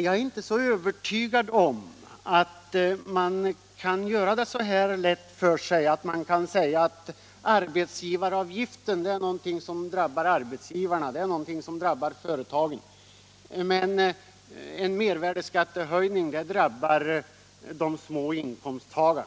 Jag är inte så övertygad om att man kan göra det så här lätt för sig och säga att arbetsgivaravgiften är någonting som drabbar arbetsgivarna, företagen, men en mervärdeskattehöjning drabbar de små inkomsttagarna.